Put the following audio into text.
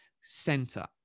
center